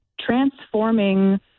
transforming